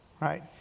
right